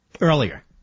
earlier